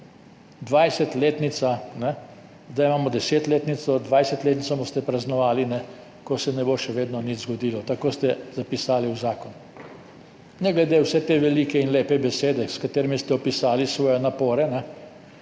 po letu 2032. Zdaj imamo 10-letnico, 20-letnico boste praznovali, ko se še vedno ne bo nič zgodilo, tako ste zapisali v zakon. Ne glede na vse te velike in lepe besede, s katerimi ste opisali svoje napore,